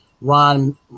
Ron